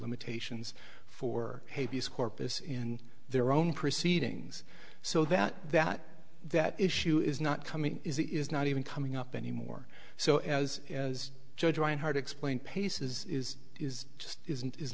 limitations for corpus in their own proceedings so that that that issue is not coming is it is not even coming up anymore so as as judge reinhardt explained pace is is is just isn't is